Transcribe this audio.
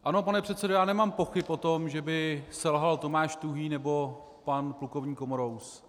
Ano, pane předsedo, já nemám pochyb o tom, že by selhal Tomáš Tuhý nebo pan plukovník Komorous.